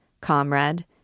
Comrade